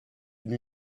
une